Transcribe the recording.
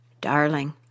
Darling